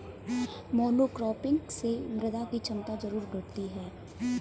monocropping से मृदा की क्षमता जरूर घटती है